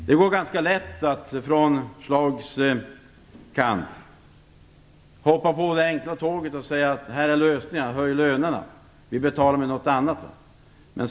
Det är ganska lätt att hoppa på det enkla tåget och säga: Här är lösningen. Höj lönerna, vi betalar med något annat.